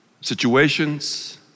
situations